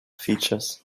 features